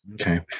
okay